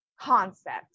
concept